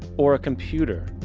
or a computer,